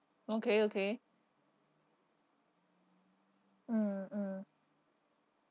okay okay mm mm